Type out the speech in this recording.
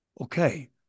Okay